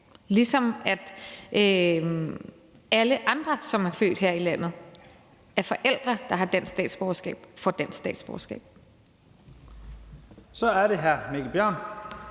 ligesom alle andre, som er født her i landet af forældre, der har dansk statsborgerskab, får dansk statsborgerskab.